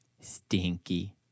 Stinky